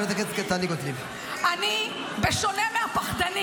חברת הכנסת טלי, אני עוצר את הזמן.